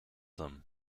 them